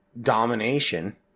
domination